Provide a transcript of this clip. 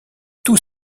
tous